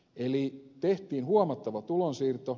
eli tehtiin huomattava tulonsiirto